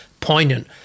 poignant